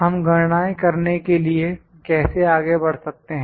हम गणनाए करने के लिए कैसे आगे बढ़ सकते हैं